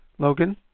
Logan